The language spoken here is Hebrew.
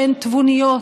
שהן תבוניות,